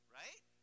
right